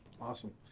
Awesome